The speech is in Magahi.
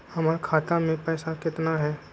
हमर खाता मे पैसा केतना है?